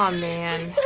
um man.